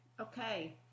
Okay